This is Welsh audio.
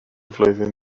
flwyddyn